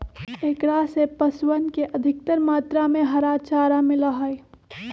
एकरा से पशुअन के अधिकतर मात्रा में हरा चारा मिला हई